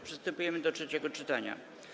Przystępujemy do trzeciego czytania.